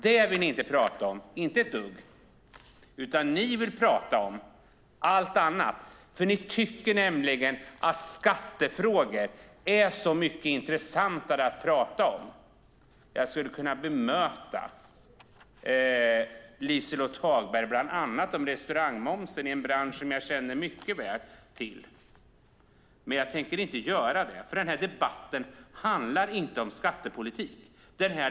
Det vill ni inte prata ett dugg om. Ni vill prata om allt annat. Ni tycker nämligen att skattefrågor är så mycket intressantare att tala om. Jag skulle kunna bemöta Liselott Hagberg bland annat när det gäller restaurangmomsen. Det är en bransch som jag känner mycket väl till. Men jag tänker inte göra det, för debatten handlar inte om skattepolitik.